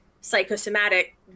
psychosomatic